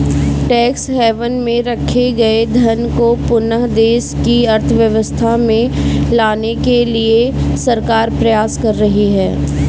tax haven में रखे गए धन को पुनः देश की अर्थव्यवस्था में लाने के लिए सरकार प्रयास कर रही है